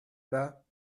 bas